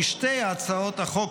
כי שתי הצעות החוק